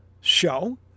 show